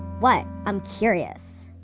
what? i'm curious.